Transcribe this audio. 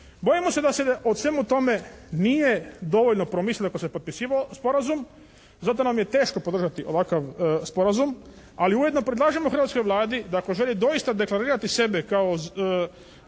Bojimo se da se o svemu tome nije dovoljno promislilo kad se potpisivao sporazum. Zato nam je teško podržati ovakav sporazum, ali ujedno predlažemo hrvatskoj Vladi da ako želi doista deklarirati sebe kao